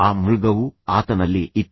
ಆ ಮೃಗವು ಆತನಲ್ಲಿ ಇತ್ತು